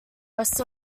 rest